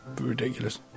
ridiculous